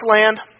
land